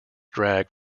drag